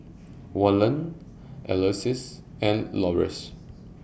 Waylon Alyse and Loris